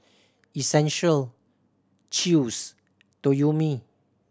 Essential Chew's Toyomi